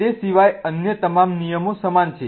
તે સિવાય અન્ય તમામ નિયમો સમાન છે